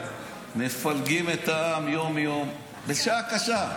מפלגים את העם יום-יום בשעה קשה.